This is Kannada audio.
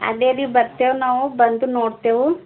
ಅದೇರಿ ಬರ್ತೇವು ನಾವು ಬಂದು ನೋಡ್ತೇವು